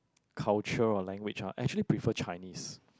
culture or language ah actually prefer Chinese